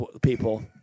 people